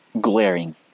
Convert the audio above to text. glaring